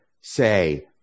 say